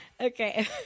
Okay